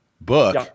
book